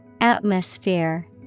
Atmosphere